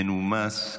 מנומס,